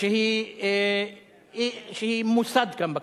לאה ורון, שהיא מוסד כאן בכנסת.